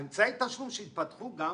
אמצעי תשלום שהתפתחו גם,